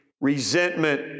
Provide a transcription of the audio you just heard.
resentment